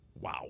wow